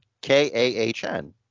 K-A-H-N